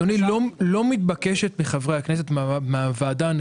אדוני, לא מתבקשת מחברי הכנסת, מהוועדה .